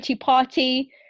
party